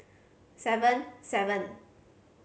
seven seven